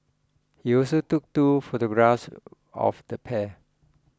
he also took two photographs of the pair